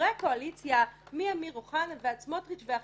וחברי הקואליציה, מאמיר אוחנה ועד סמוטריץ ואחרים,